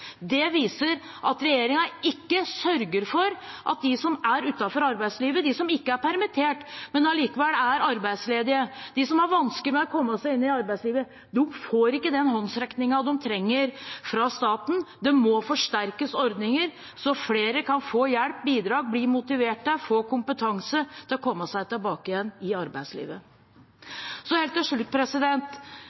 Det viser at regjeringen ikke sørger for at de som er utenfor arbeidslivet, de som ikke er permittert, men allikevel er arbeidsledige, de som har vansker med å komme seg inn i arbeidslivet, får den håndsrekningen de trenger fra staten. Ordninger må forsterkes sånn at flere kan få hjelp, bidrag, bli motivert, få kompetanse til å komme seg tilbake til arbeidslivet. Helt til slutt: